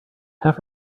have